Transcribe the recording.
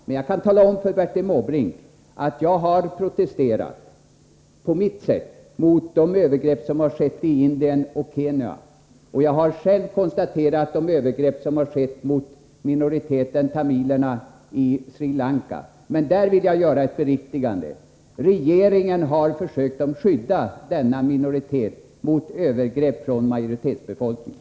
Men jag kan tala om för Bertil Måbrink att jag på mitt sätt har protesterat mot de övergrepp som skett i Indien och Kenya, och jag har själv konstaterat de övergrepp som skett mot minoriteten tamilerna i Sri Lanka. Men där vill jag göra ett beriktigande: Regeringen har försökt skydda denna minoritet mot övergrepp från majoritetsbefolkningen.